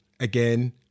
Again